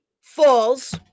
falls